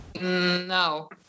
No